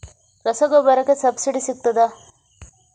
ರಸಗೊಬ್ಬರಕ್ಕೆ ಸಬ್ಸಿಡಿ ಸಿಗ್ತದಾ?